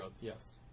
yes